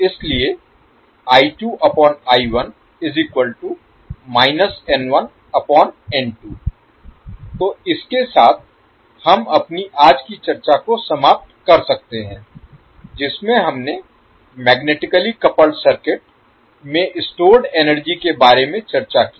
इसलिए तो इसके साथ हम अपनी आज की चर्चा को समाप्त कर सकते हैं जिसमें हमने मैग्नेटिकली कपल्ड सर्किट में स्टोर्ड एनर्जी के बारे में चर्चा की